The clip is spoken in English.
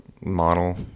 model